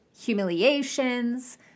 humiliations